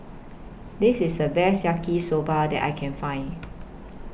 This IS The Best Yaki Soba that I Can Find